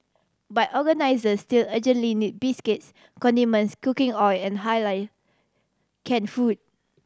but organisers still urgently need biscuits condiments cooking oil and Halal can food